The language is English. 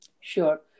Sure